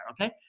Okay